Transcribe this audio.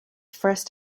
first